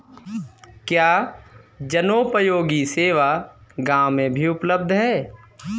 क्या जनोपयोगी सेवा गाँव में भी उपलब्ध है?